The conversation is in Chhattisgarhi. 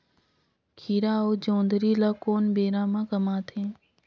खीरा अउ जोंदरी ल कोन बेरा म कमाथे?